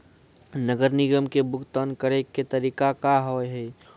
नगर निगम के भुगतान करे के तरीका का हाव हाई?